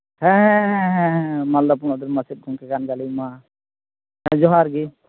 ᱦᱮᱸ ᱦᱮᱸ ᱦᱮᱸ ᱦᱮᱸ ᱦᱮᱸ ᱦᱮᱸ ᱦᱮᱸ ᱦᱮᱸ ᱢᱟᱞᱫᱟ ᱯᱚᱱᱚᱛ ᱨᱮᱱ ᱢᱟᱪᱮᱫ ᱜᱚᱢᱠᱮ ᱜᱮ ᱠᱟᱱᱟᱞᱤᱧ ᱱᱚᱣᱟ ᱦᱮᱸ ᱡᱚᱦᱟᱨ ᱜᱤ